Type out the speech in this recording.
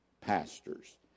pastors